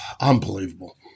Unbelievable